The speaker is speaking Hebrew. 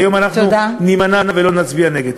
היום אנחנו נימנע ולא נצביע נגד.